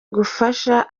gufasha